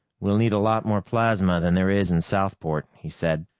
we'll need a lot more plasma than there is in southport, he said.